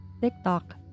TikTok